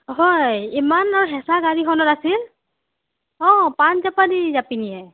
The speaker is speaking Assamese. হয় ইমান আৰু হেঁচা গাড়ীখনত আছিল অঁ পাণ জপাদি জাপি নিয়ে